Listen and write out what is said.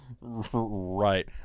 right